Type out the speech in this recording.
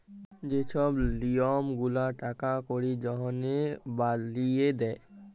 যে ছব লিয়ম গুলা টাকা কড়ির জনহে বালিয়ে দে